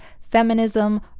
feminism